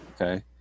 Okay